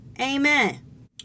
Amen